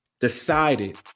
decided